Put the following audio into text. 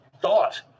thought